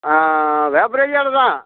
தான்